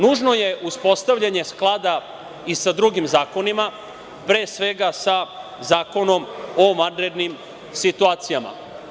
Nužno je uspostavljanje sklada i sa drugim zakonima, pre svega sa Zakonom o vanrednim situacijama.